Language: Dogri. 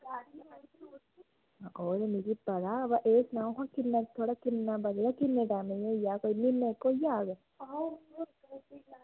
ओह् ते मिगी पता अवा एह् सनाओ हां किन्ना थोआढ़ा किन्ना बचे दा किन्ने टैमे च होई जाह्ग कोई म्हीना इक होई जाह्ग